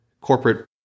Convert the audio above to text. corporate